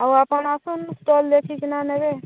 ଆଉ ଆପଣ ଆସନ୍ତୁ ଷ୍ଟଲ୍ ଦେଖିକି ନହେଲେ ନେବେ